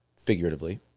figuratively